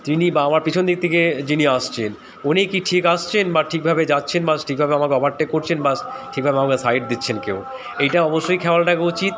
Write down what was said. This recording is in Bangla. তিনি বা আমার পিছন দিক থেকে যিনি আসছেন উনি কি ঠিক আসছেন বা ঠিকভাবে যাচ্ছেন বা ঠিকভাবে আমাকে ওভারটেক করছেন বা ঠিকভাবে আমাকে সাইড দিচ্ছেন কেউ এইটা অবশ্যই খেয়াল রাখা উচিৎ